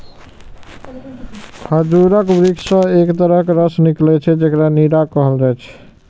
खजूरक वृक्ष सं एक तरहक रस निकलै छै, जेकरा नीरा कहल जाइ छै